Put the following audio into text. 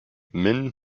min